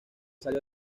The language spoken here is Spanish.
salió